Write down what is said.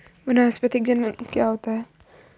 वानस्पतिक जनन क्या होता है?